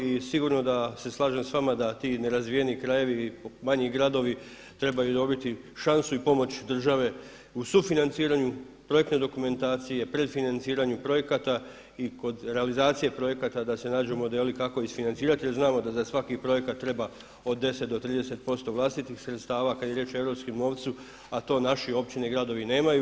I sigurno da se slažem s vama da ti nerazvijeni krajevi, manji gradovi trebaju dobiti šansu i pomoć države u sufinanciranju projektne dokumentacije, predfinanciranju projekata i kod realizacije projekata da se nađu modeli kako isfinancirati jer znamo da za svaki projekat treba od 10 do 30% vlastitih sredstava kada je riječ o europskom novcu, a to naši općine i gradovi nemaju.